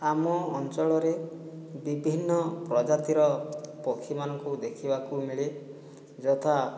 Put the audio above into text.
ଆମ ଅଞ୍ଚଳରେ ବିଭିନ୍ନ ପ୍ରଜାତିର ପକ୍ଷୀମାନଙ୍କୁ ଦେଖିବାକୁ ମିଳେ ଯଥା